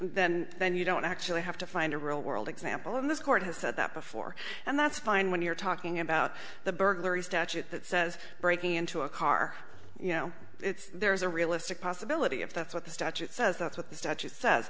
then then you don't actually have to find a real world example and this court has said that before and that's fine when you're talking about the burglary statute that says breaking into a car you know there is a realistic possibility if that's what the statute says that's what the